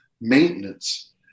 maintenance